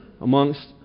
amongst